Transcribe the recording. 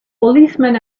policemen